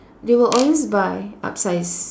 they will always buy upsize